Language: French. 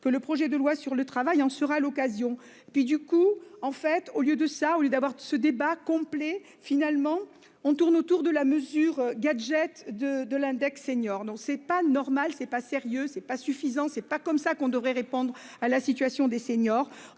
que le projet de loi sur le travail en sera l'occasion puis du coup en fait au lieu de ça au lieu d'avoir ce débat complet, finalement on tourne autour de la mesure gadget de de l'index senior. Non c'est pas normal c'est pas sérieux c'est pas suffisant, c'est pas comme ça qu'on devrait répondre à la situation des seniors.